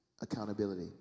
accountability